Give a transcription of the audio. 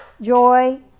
joy